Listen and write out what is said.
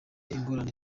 ingorane